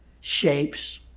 shapes